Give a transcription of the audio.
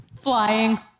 Flying